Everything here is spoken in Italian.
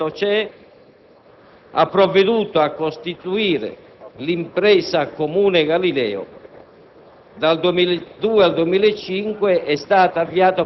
Quanto alle origini del programma Galileo, si ricorda che nel 2002 il Consiglio europeo con apposito regolamento (CE)